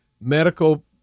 medical